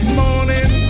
morning